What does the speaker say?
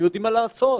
הם יודעים מה לעשות,